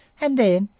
and then,